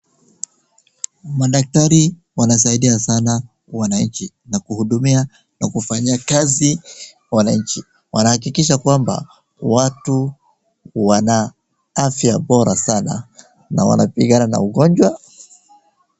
Wadaktari wanasaidia sana wananchi, na kuhudumia na kufanyia kazi wananchi, wanahakikisha kwamba watu wana afya bora sana, na wanapigana na ugonjwa.